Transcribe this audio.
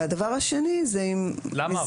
למה?